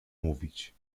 mówić